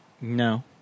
No